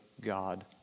God